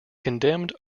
condemned